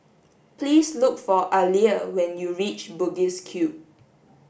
please look for Aleah when you reach Bugis Cube